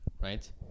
Right